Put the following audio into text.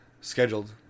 Scheduled